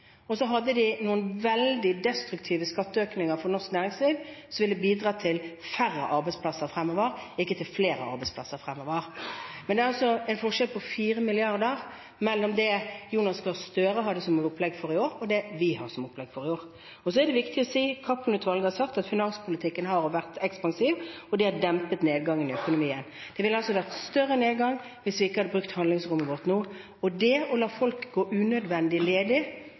hadde de noen veldig destruktive skatteøkninger for norsk næringsliv, som ville bidratt til færre arbeidsplasser fremover, ikke til flere arbeidsplasser fremover. Det er altså en forskjell på 4 mrd. kr, mellom det Jonas Gahr Støre hadde som opplegg for i år, og det vi har som opplegg for i år. Så er det viktig å si: Cappelen-utvalget har sagt at finanspolitikken har vært ekspansiv, og det har dempet nedgangen i økonomien. Det hadde vært større nedgang hvis vi ikke hadde brukt handlingsrommet vårt nå. Og det å la folk gå unødvendig ledig